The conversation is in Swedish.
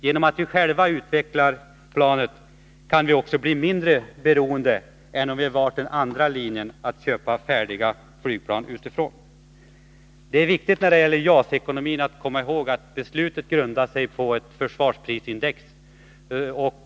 Genom att vi själva utvecklar planet kan vi också bli mindre beroende än om vi hade valt den andra linjen, att köpa färdiga flygplan utifrån. Det är viktigt när det gäller JAS-ekonomin att komma ihåg att beslutet grundar sig på ett försvarsprisindex.